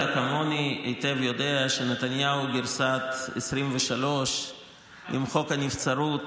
כמוני אתה יודע היטב שנתניהו גרסת 2023 עם חוק הנבצרות